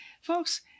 Folks